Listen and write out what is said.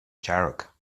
dearg